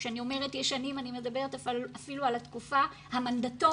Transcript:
כשאני אומרת ישנים אני מדברת אפילו על התקופה המנדטורית.